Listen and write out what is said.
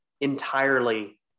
entirely